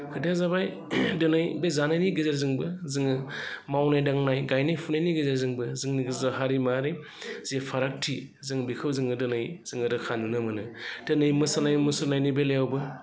खोथाया जाबाय दिनै बे जानायनि गेजेरजोंबो जोङो मावनाय दांनाय गायनाय फुनायनि गेजेरजोंबो जोंनि गेजेराव हारिमुआरि जि फारागथि जों बेखौ जोङो दिनै जोङो रोखा नुनो मोनो दिनै मोसानाय मुसुरनायनि बेलायावबो